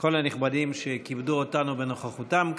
כל הנכבדים שכיבדו אותנו בנוכחותם כאן.